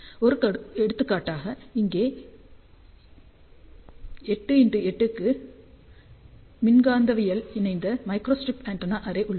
ஒரு எடுத்துக்காட்டாக இங்கே 8 x 8 க்கு மின்காந்தவியலால் இணைந்த மைக்ரோஸ்ட்ரிப் ஆண்டெனா அரே உள்ளது